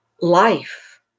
life